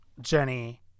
Jenny